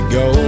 go